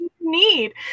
need